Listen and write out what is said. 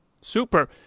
Super